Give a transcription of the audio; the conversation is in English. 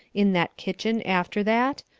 in that kitchen after that,